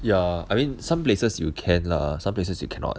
ya I mean some places you can lah some places you cannot